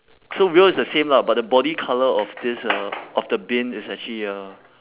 so wheel is the same lah but the body colour of this uh of the bin is actually uh